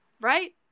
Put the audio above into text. Right